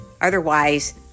Otherwise